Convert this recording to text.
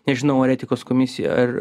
nežinau ar etikos komisija ar